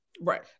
Right